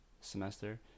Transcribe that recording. Semester